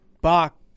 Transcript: Bach